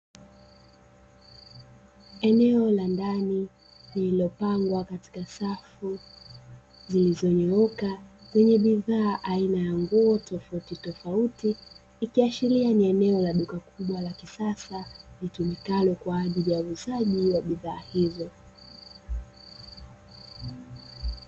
Eneo la ndani lililopangwa katika safu zilizonyooka kwenye bidhaa aina ya nguo tofauti tofauti, ikiashiria ni eneo la duka kubwa la kisasa litumikalo kwa ajili ya uzaji wa bidhaa hizo.